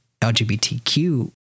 LGBTQ